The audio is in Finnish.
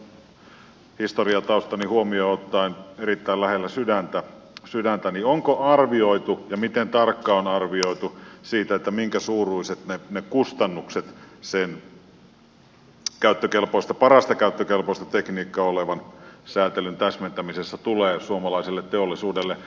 koska teollisuus on historiataustani huomioon ottaen erittäin lähellä sydäntäni niin onko arvioitu ja miten tarkkaan on arvioitu sitä minkä suuruiset kustannukset parasta käyttökelpoista tekniikkaa olevan säätelyn täsmentämisestä tulee suomalaiselle teollisuudelle